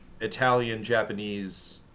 Italian-Japanese